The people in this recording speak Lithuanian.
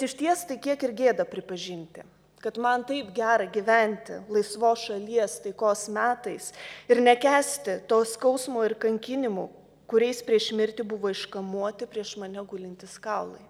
išties tai kiek ir gėda pripažinti kad man taip gera gyventi laisvos šalies taikos metais ir nekęsti to skausmo ir kankinimų kuriais prieš mirtį buvo iškamuoti prieš mane gulintys kaulai